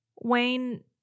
Wayne